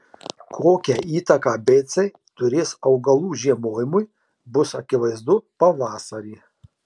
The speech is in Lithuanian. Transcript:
kokią įtaką beicai turės augalų žiemojimui bus akivaizdu pavasarį